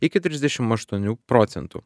iki trisdešim aštuonių procentų